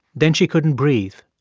then she couldn't breathe.